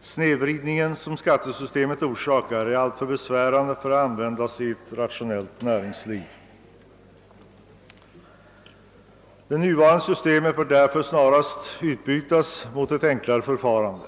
Snedvridningen som skattesystemet orsakar är alltför besvärande för att användas i ett rationellt näringsliv. Det nuvarande systemet bör därför snarast utbytas mot ett enklare förfarande.